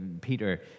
Peter